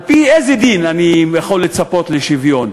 על-פי איזה דין אני יכול לצפות לשוויון?